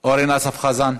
אורן אסף חזן.